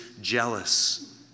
jealous